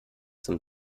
zum